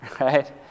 right